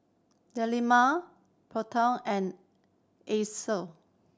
Delima Putra and Alyssa